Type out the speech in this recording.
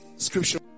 Scripture